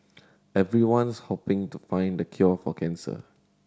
everyone's hoping to find the cure for cancer